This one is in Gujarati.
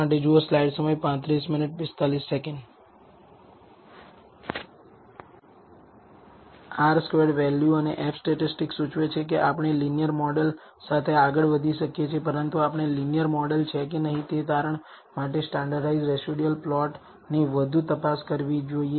R સ્ક્વેર્ડ વેલ્યુ અને F સ્ટેટિસ્ટિક સૂચવે છે કે આપણે લીનીયર મોડેલ સાથે આગળ વધી શકીએ છીએ પરંતુ આપણે લીનીયર મોડેલ છે કે નહીં તે તારણ માટે સ્ટાન્ડર્ડઇઝ્ડ રેસિડયુઅલ પ્લોટની વધુ તપાસ કરવી જોઈએ